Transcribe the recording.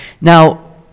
Now